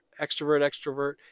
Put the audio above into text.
extrovert-extrovert